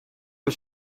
was